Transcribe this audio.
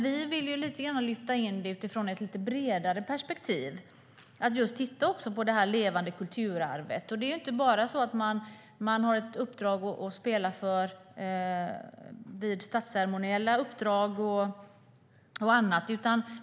Vi vill lyfta fram frågan utifrån ett lite bredare perspektiv och också titta på det levande kulturarvet. Marinens Musikkår har inte bara ett uppdrag att spela vid statsceremoniella arrangemang och annat.